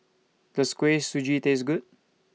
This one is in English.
Does Kuih Suji Taste Good